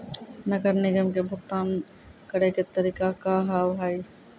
नगर निगम के भुगतान करे के तरीका का हाव हाई?